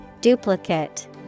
Duplicate